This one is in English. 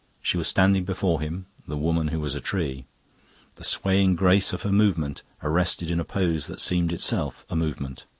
she was standing before him the woman who was a tree the swaying grace of her movement arrested in a pose that seemed itself a movement.